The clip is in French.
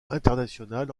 international